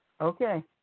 Okay